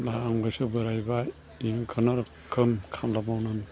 दा आंबोसो बोरायबाय बिदिनो खुनुरुखुम खामला मावनां